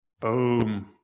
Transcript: Boom